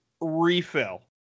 refill